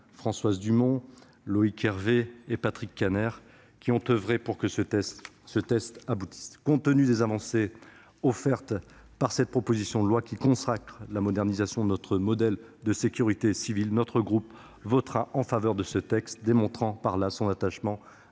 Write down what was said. Françoise Dumont, Loïc Hervé et Patrick Kanner, qui ont oeuvré pour l'aboutissement du texte. Compte tenu des avancées offertes par cette proposition de loi qui consacre la modernisation de notre modèle de sécurité civile, notre groupe votera en faveur de ce texte, démontrant par là son attachement